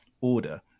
order